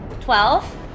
Twelve